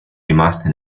rimaste